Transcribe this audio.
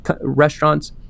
restaurants